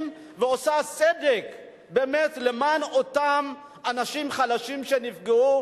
ועושה צדק באמת למען אותם אנשים חלשים שנפגעו,